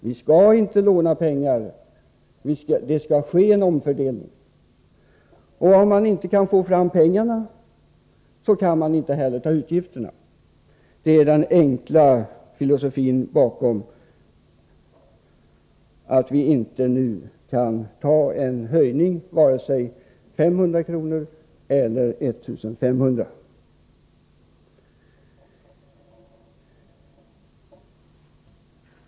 Vi skall inte låna pengar, vi skall i stället omfördela pengar. Om man inte kan få fram pengarna, kan man inte heller besluta om utgifterna. Det är den enkla filosofin bakom ställningstagandet att inte genomföra en höjning från 1 juli 1984, varken med 500 kr. eller med 1 500 kr.